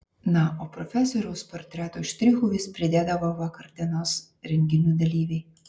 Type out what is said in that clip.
na o profesoriaus portretui štrichų vis pridėdavo vakardienos renginių dalyviai